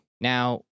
Now